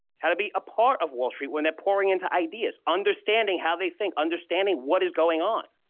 how to be a part of wall street when they're pouring into ideas, understanding how they think understanding what is going on.